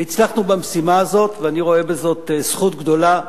והצלחנו במשימה הזאת, ואני רואה בזאת זכות גדולה,